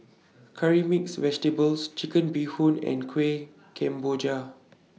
Curry Mixed Vegetables Chicken Bee Hoon and Kuih Kemboja